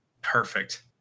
Perfect